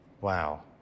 Wow